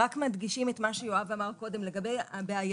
רק מדגישים את מה שיואב אמר קודם לגבי הבעייתיות